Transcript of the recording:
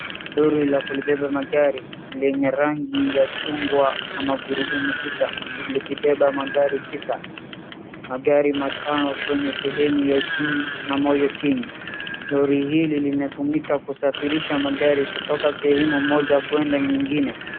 Lori la kulibeba magari lenye rangi ya chungwa na magurudumu sita likibeba magari sita. Magari matano kwenye sehemu ya juu na moja chini. Lori hili linatumika kusarifisha magari kutoka sehemu moja kuenda nyingine